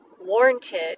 warranted